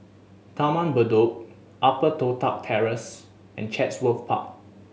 Taman Bedok Upper Toh Tuck Terrace and Chatsworth Park